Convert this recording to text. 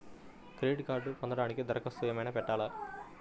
Credit కార్డ్ను పొందటానికి దరఖాస్తు ఏమయినా పెట్టాలా?